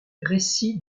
récits